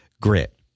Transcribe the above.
Grit